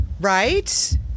Right